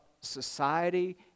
society